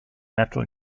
metal